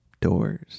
doors